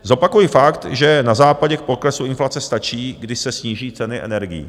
Zopakuji fakt, že na Západě k poklesu inflace stačí, když se sníží ceny energií.